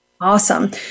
Awesome